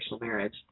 marriage